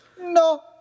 no